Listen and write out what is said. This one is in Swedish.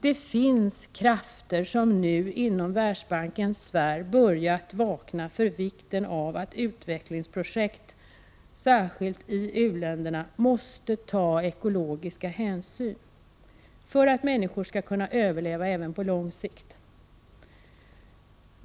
Det finns krafter inom Världsbanken som nu börjar inse vikten av att utvecklingsprojekt — särskilt i u-länderna — måste ta ekologiska hänsyn för att människor skall kunna överleva även på lång sikt.